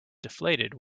deflated